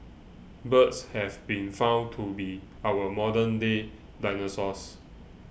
birds have been found to be our modern day dinosaurs